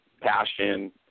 Passion